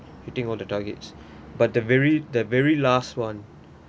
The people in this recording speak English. hitting all the targets but the very the very last [one]